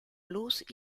luz